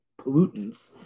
pollutants